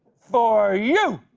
for you!